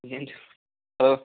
ఏం చె హలో